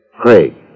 Craig